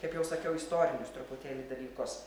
kaip jau sakiau istorinius truputėlį dalykus